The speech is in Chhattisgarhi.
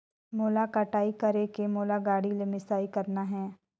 मोला कटाई करेके मोला गाड़ी ले मिसाई करना हे?